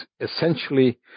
essentially